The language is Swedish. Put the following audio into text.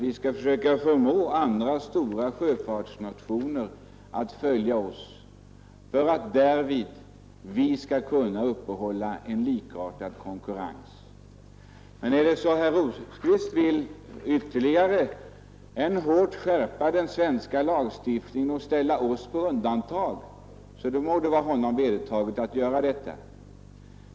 Vi skall försöka förmå andra stora sjöfartsnationer att följa oss för att vi därvid skall kunna uppehålla en konkurrens på likartade villkor. Men om herr Rosqvist vill ytterligare hårt skärpa den svenska lagstiftningen och ställa oss på undantag, så må det vara honom obetaget att göra detta.